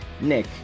Nick